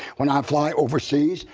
when i fly overseas,